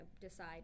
decide